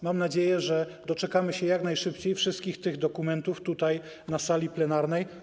Mam nadzieję, że doczekamy się jak najszybciej wszystkich tych dokumentów tutaj, na sali plenarnej.